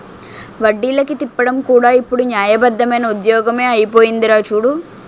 వడ్డీలకి తిప్పడం కూడా ఇప్పుడు న్యాయబద్దమైన ఉద్యోగమే అయిపోందిరా చూడు